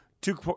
Two